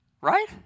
Right